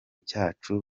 cyacu